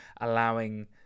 allowing